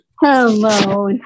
Hello